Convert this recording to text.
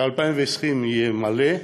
וב-2020 יהיה מלא,